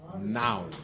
now